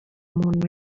umuntu